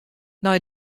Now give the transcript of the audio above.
nei